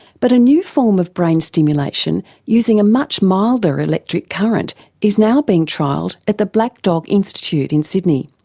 but a new form of brain stimulation using a much milder electric current is now being trialled at the black dog institute in sydney.